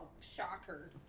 shocker